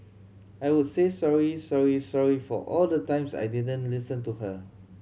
I would say sorry sorry sorry for all the times I didn't listen to her